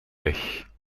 weg